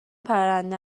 پرنده